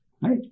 Right